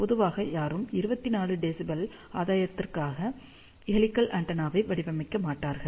பொதுவாக யாரும் 24 dBi ஆதாயத்திற்காக ஹெலிகல் ஆண்டெனாவை வடிவமைக்க மாட்டார்கள்